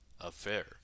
affair